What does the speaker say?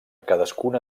cadascuna